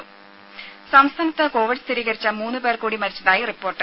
ദരര സംസ്ഥാനത്ത് കോവിഡ് സ്ഥിരീകരിച്ച മൂന്നു പേർ കൂടി മരിച്ചതായി റിപ്പോർട്ട്